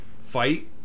fight